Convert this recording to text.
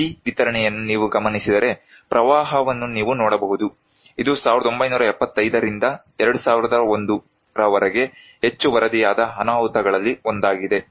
ಈ ವಿತರಣೆಯನ್ನು ನೀವು ಗಮನಿಸಿದರೆ ಪ್ರವಾಹವನ್ನು ನೀವು ನೋಡಬಹುದು ಇದು 1975 ರಿಂದ 2001 ರವರೆಗೆ ಹೆಚ್ಚು ವರದಿಯಾದ ಅನಾಹುತಗಳಲ್ಲಿ ಒಂದಾಗಿದೆ